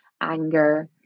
anger